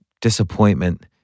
disappointment